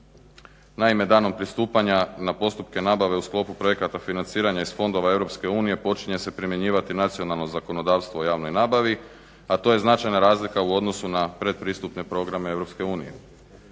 Naime danom pristupanja na postupke nabave u skopu projekata financiranja iz Fondova EU počinje se primjenjivati nacionalno zakonodavstvo u javnoj nabavi a to je značajna razlika u odnosu na pretpristupne programe EU.